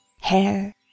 hair